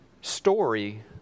story